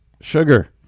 sugar